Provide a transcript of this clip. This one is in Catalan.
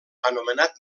anomenat